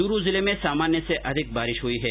चूरू जिले में सामान्य से अधिक बारिश हुई है